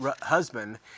husband